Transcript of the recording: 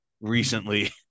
Recently